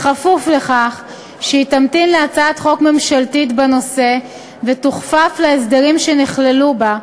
כפוף לכך שתמתין להצעת חוק ממשלתית בנושא ותוכפף להסדרים שנכללו בה,